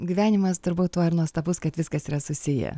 gyvenimas turbūt tuo ir nuostabus kad viskas yra susiję